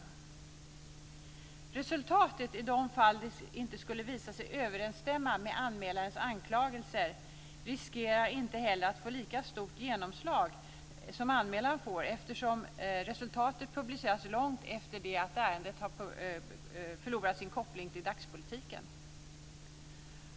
Resultatet, i de fall det inte visar sig överensstämma med anmälarens anklagelser, riskerar inte heller att få lika stort genomslag som anmälan får, eftersom resultatet publiceras långt efter det att ärendet har förlorat sin koppling till dagspolitiken.